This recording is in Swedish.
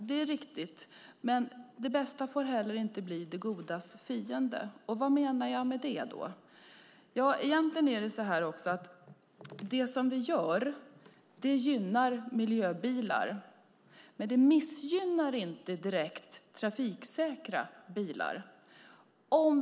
Det är riktigt, men det bästa får inte bli det godas fiende. Vad menar jag då med det? Det som vi gör gynnar miljöbilar, men det missgynnar inte direkt trafiksäkra bilar.